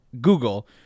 Google